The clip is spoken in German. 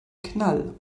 knall